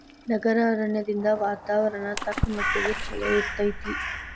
ನಗರ ಅರಣ್ಯದಿಂದ ವಾತಾವರಣ ತಕ್ಕಮಟ್ಟಿಗೆ ಚಲೋ ಇರ್ತೈತಿ